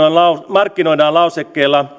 markkinoidaan lauseella